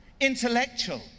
intellectual